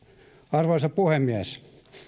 arvoisa puhemies